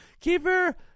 Keeper